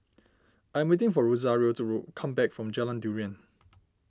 I'm waiting for Rosario to come back from Jalan Durian